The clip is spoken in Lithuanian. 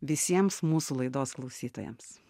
visiems mūsų laidos klausytojams